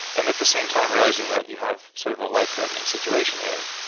and at the same time realizing that you have sort of a life threatening situation here.